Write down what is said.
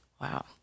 Wow